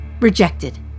rejected